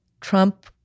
Trump